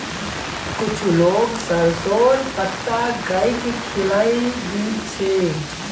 कुछू लोग सरसोंर पत्ता गाइक खिलइ दी छेक